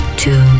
two